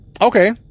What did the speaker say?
Okay